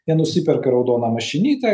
jie nusiperka raudoną mašinytę